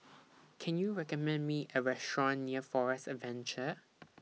Can YOU recommend Me A Restaurant near Forest Adventure